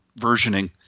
versioning